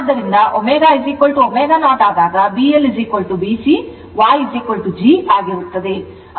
ಆದ್ದರಿಂದ ω ω0 ಆದಾಗ BC BL Y G ಆಗಿರುತ್ತದೆ